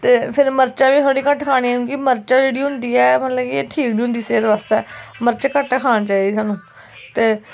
ते फिर मर्चां बी घट्ट खानियां क्योंकि मर्च जेह्ड़ी होंदी मतलवब कि ठीक नी होंदी सेह्त बास्तै मर्च घट्ट खानी चाहिदी सानू ते